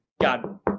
God